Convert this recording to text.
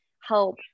help